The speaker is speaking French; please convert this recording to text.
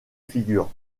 figures